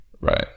Right